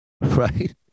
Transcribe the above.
Right